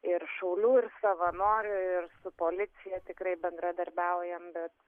ir šaulių ir savanorių ir su policija tikrai bendradarbiaujam bet